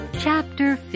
Chapter